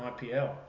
IPL